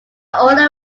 only